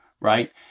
right